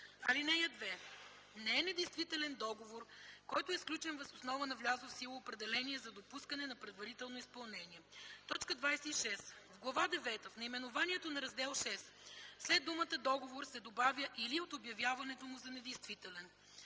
ал. 4. (2) Не е недействителен договор, който е сключен въз основа на влязло в сила определение за допускане на предварително изпълнение.” 26. В Глава девета в наименованието на Раздел VI след думата „договор” се добавя „или от обявяването му за недействителен”.